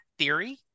theory